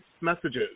messages